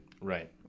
Right